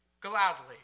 gladly